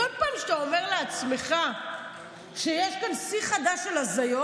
בכל פעם שאתה אומר לעצמך שיש כאן שיא חדש של הזיות,